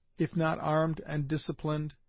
if not armed and disciplined,